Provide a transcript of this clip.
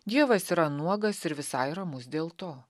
dievas yra nuogas ir visai ramus dėl to